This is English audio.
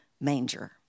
manger